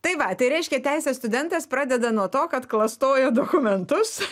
tai va tai reiškia teisės studentas pradeda nuo to kad klastoja dokumentus